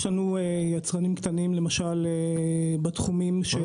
יש יצרנים קטנים בתחומים של